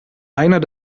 einer